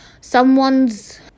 Someone's